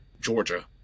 Georgia